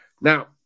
now